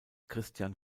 christian